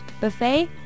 Buffet